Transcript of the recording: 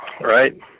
right